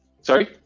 Sorry